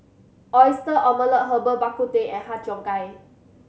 Oyster Omelette Herbal Bak Ku Teh and Har Cheong Gai